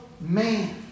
man